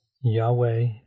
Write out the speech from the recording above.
Yahweh